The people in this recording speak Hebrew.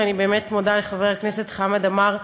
ואני באמת מודה לחבר הכנסת חמד עמאר,